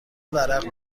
ورق